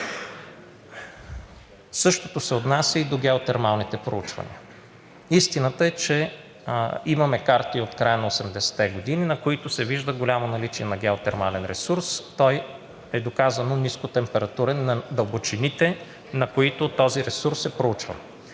Същото се отнася и до геотермалните проучвания. Истината е, че имаме карти от края на 80-те години, на които се вижда голямо наличие на геотермален ресурс – той е доказано нискотемпературен на дълбочините, на които този ресурс се проучва.